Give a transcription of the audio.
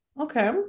Okay